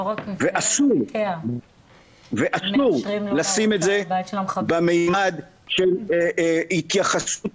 ואסור לשים את זה בממד של התייחסות